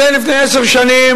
אז, זה לפני עשר שנים,